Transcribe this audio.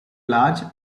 large